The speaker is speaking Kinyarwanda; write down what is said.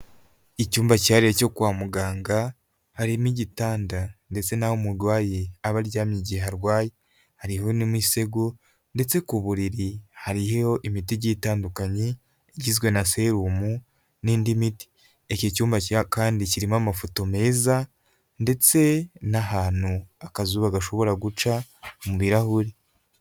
Icyumba cyihariye cyo kwa muganga harimo igitanda ndetse n'aho umurwayi aba aryamye igihe arwaye, hariho n'imisego ndetse ku buriri hariho imiti igiye itandukanye, igizwe na serumu n'indi miti iki cyumba kandi kirimo amafoto meza ndetse n'ahantu akazuba gashobora guca mubirahuri.